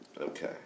Okay